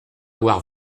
avoir